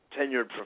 tenured